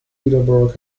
peterborough